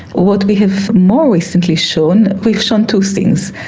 what we have more recently shown, we've shown two things,